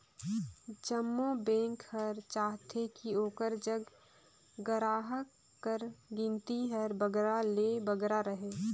जम्मो बेंक हर चाहथे कि ओकर जग गराहक कर गिनती हर बगरा ले बगरा रहें